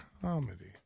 comedy